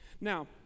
Now